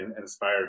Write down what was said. inspired